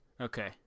okay